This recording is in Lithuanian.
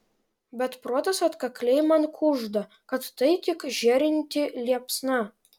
bet protas atkakliai man kužda kad tai tik žėrinti liepsna